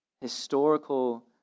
historical